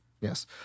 Yes